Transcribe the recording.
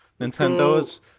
Nintendo's